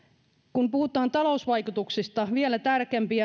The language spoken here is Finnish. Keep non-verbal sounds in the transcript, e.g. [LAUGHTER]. kun puhutaan talousvaikutuksista vielä tärkeämpi [UNINTELLIGIBLE]